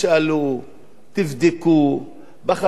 תבדקו, בחתך המקצועי,